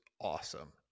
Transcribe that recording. awesome